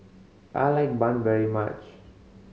I like bun very much